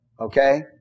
Okay